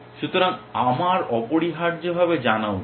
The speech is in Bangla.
সুতরাং আমার অপরিহার্যভাবে জানা উচিত